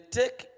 take